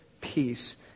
peace